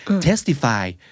testify